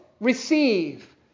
receive